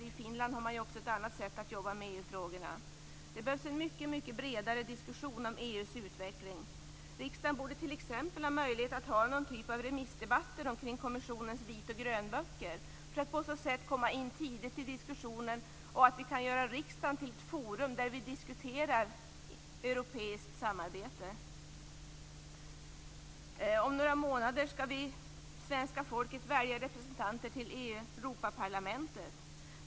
I Finland jobbar man också på ett annat sätt med EU-frågorna. Det behövs en bredare diskussion om EU:s utveckling. Riksdagen borde t.ex. ha någon form av remissdebatter omkring kommissionens vitoch grönböcker för att på så sätt komma in tidigt i diskussionerna. Riksdagen skulle kunna göras till ett forum där vi diskuterar europeiskt samarbete. Om några månader skall svenska folket välja representanter till Europaparlamentet.